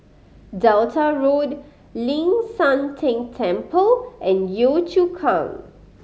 Delta Road Ling San Teng Temple and Yio Chu Kang